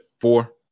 four